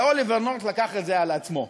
ואוליבר נורת' לקח את זה על עצמו.